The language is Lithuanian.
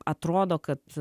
atrodo kad